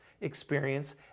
experience